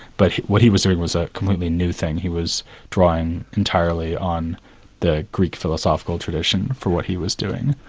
but what he was doing was a completely new thing. he was drawing entirely on the greek philosophical tradition, for what he was doing.